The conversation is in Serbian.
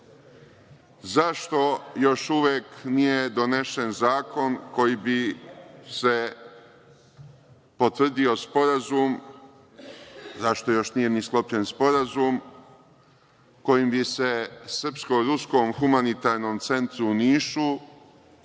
zašto još uvek nije donesen zakon kojim bi se potvrdio sporazum, zašto još nije ni sklopljen sporazum kojim bi se Srpskom-ruskom humanitarnom centru u Nišu